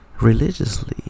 religiously